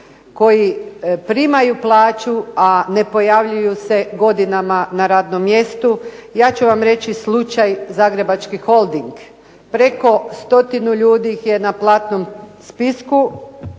koji primaju plaću, a ne pojavljuju se godinama na radnom mjestu. Ja ću vam reći slučaj Zagrebački holding. Preko stotinu ljudi je na platnom spisku,